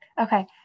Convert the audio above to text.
Okay